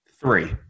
Three